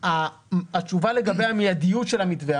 התשובה לגבי המיידיות של המתווה.